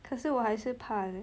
可是我还是怕 leh